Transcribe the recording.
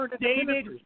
David